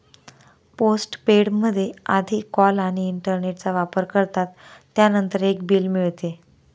postpaid मध्ये आधी call आणि इंटरनेटचा वापर करतात, त्यानंतर एक बिल मिळते